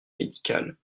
médicale